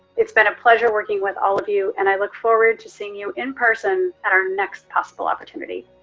it's been a pleasure working with all of you, and i look forward to seeing you in person at our next possible opportunity.